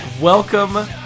welcome